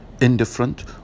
indifferent